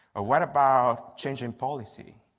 ah what about changing policy?